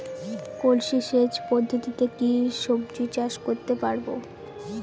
কলসি সেচ পদ্ধতিতে কি সবজি চাষ করতে পারব?